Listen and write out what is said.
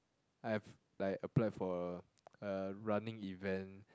I've like applied for a running event